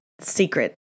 secret